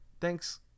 Thanks